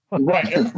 Right